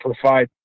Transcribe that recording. provide